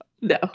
No